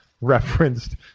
referenced